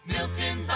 Milton